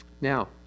Now